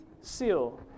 seal